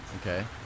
Okay